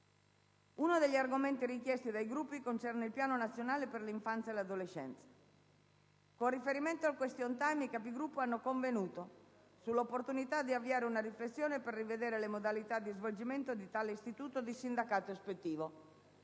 Uno degli argomenti richiesti dai Gruppi concerne il Piano nazionale per l'infanzia e 1'adolescenza. Con riferimento al *question time* i Capigruppo hanno convenuto sull'opportunità di avviare una riflessione per rivedere le modalità di svolgimento di tale istituto di sindacato ispettivo.